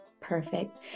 Perfect